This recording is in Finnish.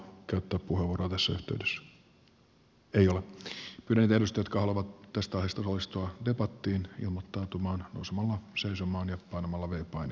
pyydän niitä edustajia jotka haluavat tästä aiheesta osallistua debattiin ilmoittautumaan nousemalla seisomaan ja painamalla v painiketta